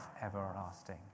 everlasting